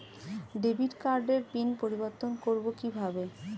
Debit কার্ডের pin পরিবর্তন করবো কীভাবে?